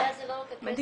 הבעיה זה לא רק הכסף,